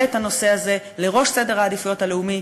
את הנושא הזה לראש סדר העדיפויות הלאומי,